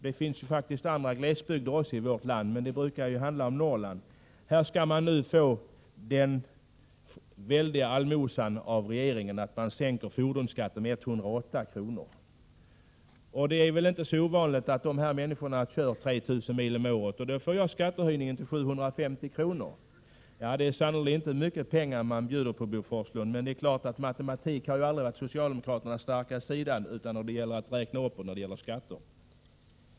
Det finns faktiskt också andra glesbygder i vårt land, men det brukar handla om Norrland, och där skall man nu av regeringen få en allmosa genom att fordonsskatten sänks med 108 kr. Det är väl inte så ovanligt att de människor det gäller kör 3 000 mil om året, och då får jag skattehöjningen till 750 kr. Ni bjuder sannerligen inte på några stora belopp, Bo Forslund, men matematik har ju aldrig varit socialdemokraternas starka sida utom när det gäller att räkna upp skatter.